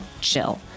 chill